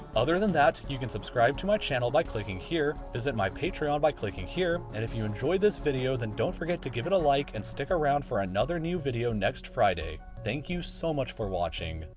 other than that, you can subscribe to my channel by clicking here, visit my patreon by clicking here and if you enjoyed this video, then don't forget to give it a like and stick around for another new video next friday. thank you so much for watching.